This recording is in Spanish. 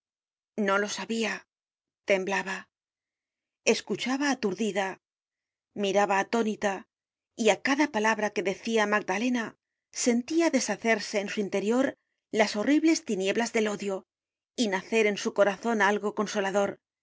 no lo sabia temblaba escuchaba aturdida miraba atónita y á cada palabra que decia magdalena sentia deshacerse en su interior las horribles tinieblas del odio y nacer en su corazon algo consolador